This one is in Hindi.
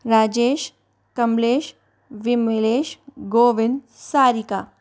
राजेश कमलेश विमलेश गोविंद सारिका